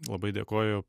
labai dėkoju